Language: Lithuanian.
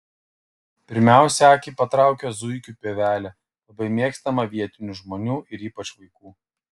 pirmiausia akį patraukia zuikių pievelė labai mėgstama vietinių žmonių ir ypač vaikų